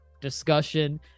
discussion